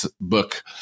book